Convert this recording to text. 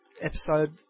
episode